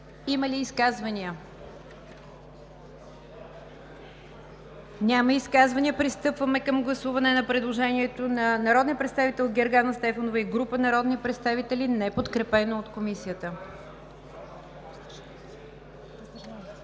Има ли изказвания? Няма. Уважаеми народни представители, гласуваме предложението на народния представител Гергана Стефанова и група народни представители, неподкрепено от Комисията.